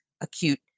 acute